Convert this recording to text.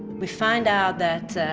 we find out that,